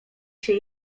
się